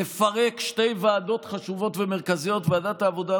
לפרק שתי ועדות חשובות ומרכזיות: ועדת העבודה,